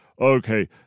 Okay